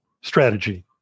strategy